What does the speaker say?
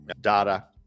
data